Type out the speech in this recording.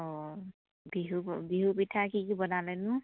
অ বিহু বিহু পিঠা কি কি বনালেনো